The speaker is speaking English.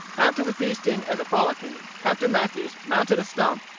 after the feasting and the frolicking, captain mathews mounted a stump,